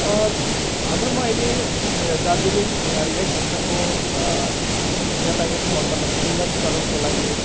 हाम्रोमा अहिले दार्जिलिङ यही क्षेत्रको यातायातको मतलब सुन्दरीकरणको लागि